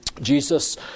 Jesus